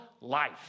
life